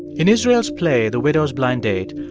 in israel's play the widow's blind date,